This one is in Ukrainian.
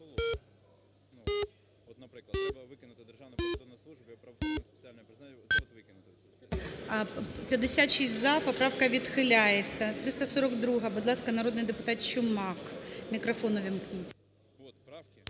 За-56 Поправка відхиляється. 342-а. Будь ласка, народний депутат Чумак. Мікрофон увімкніть,